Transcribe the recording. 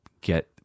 get